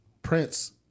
Prince